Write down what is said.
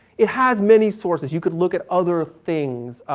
it has many sources. you could look at other things.